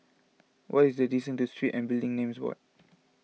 what is the distance to Street and Building Names Board